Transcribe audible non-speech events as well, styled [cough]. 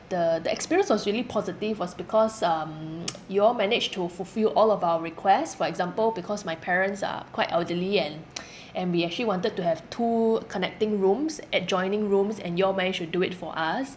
the the experience was really positive was because um [noise] you all managed to fulfill all of our requests for example because my parents are quite elderly and [noise] and we actually wanted to have two connecting rooms adjoining rooms and you all managed to do it for us